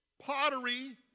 pottery